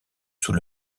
sous